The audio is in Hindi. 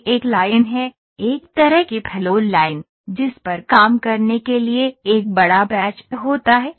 यह एक लाइन है एक तरह की फ्लो लाइन जिस पर काम करने के लिए एक बड़ा बैच होता है